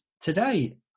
today